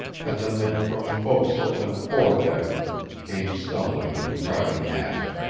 and the men from forecastle and fore deck came stumbling and crowding aft.